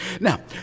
Now